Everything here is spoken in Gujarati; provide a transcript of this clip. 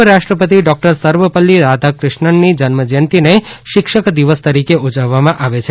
પૂર્વ રાષ્ટ્રપતિ ડૉક્ટર સર્વપલ્લી રાધાકૃષ્ણનની જન્મજયંતિને શિક્ષક દિવસ તરીકે ઉજવવામાં આવે છે